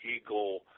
eagle